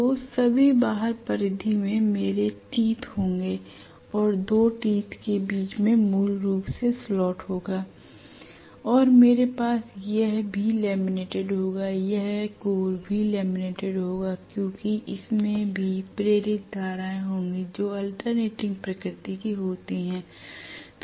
तो सभी बाहरी परिधि में मेरे टीथहोंगे और दो टीथ के बीच में मूल रूप से स्लॉट होगा l और मेरे पास यह भी लेमिनेटेड होगा यह कोर भी लेमिनेटेड होगा क्योंकि इसमें भी प्रेरित धाराएं होंगी जो अल्टरनेटिंग प्रकृति की होती हैं